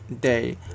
day